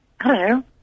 Hello